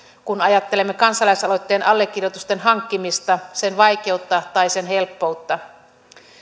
kun ajattelemme kansalaisaloitteen allekirjoitusten hankkimista sen vaikeutta tai sen helppoutta